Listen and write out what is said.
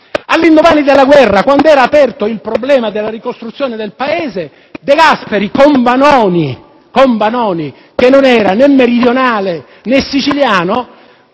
All'indomani della guerra, quando era aperto il problema della ricostruzione del Paese, De Gasperi con Vanoni - che non era né meridionale, né siciliano,